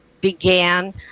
began